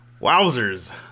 Wowzers